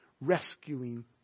rescuing